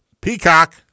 Peacock